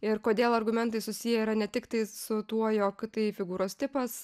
ir kodėl argumentai susiję yra ne tiktai su tuo jog tai figūros tipas